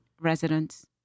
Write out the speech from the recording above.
residents